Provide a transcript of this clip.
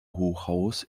hochhaus